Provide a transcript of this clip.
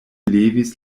levis